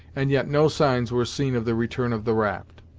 and yet no signs were seen of the return of the raft.